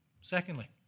Secondly